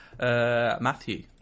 Matthew